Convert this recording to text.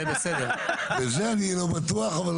בזה אני לא בטוח.